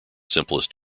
simplest